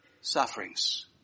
sufferings